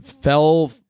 fell